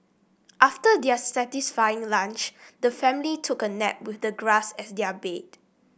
after their satisfying lunch the family took a nap with the grass as their bed